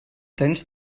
tens